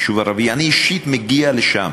יישוב ערבי, אני אישית מגיע לשם